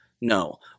no